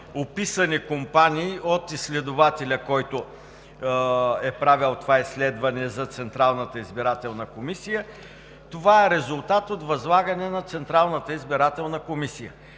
описани от изследователя, който е правил изследването за Централната избирателна комисия. Това е резултат от възлагане от Централната избирателна комисия.